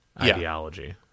ideology